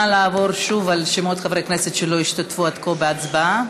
נא לעבור שוב על שמות חברי כנסת שלא השתתפו עד כה בהצבעה.